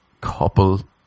couple